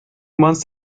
months